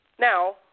now